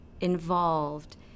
involved